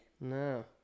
No